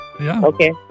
okay